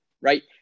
right